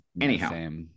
Anyhow